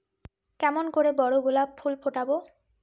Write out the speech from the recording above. কেমন করে বড় গোলাপ ফুল ফোটাব?